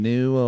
New